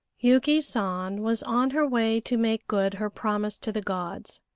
yuki san was on her way to make good her promise to the gods.